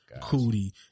Cootie